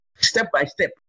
step-by-step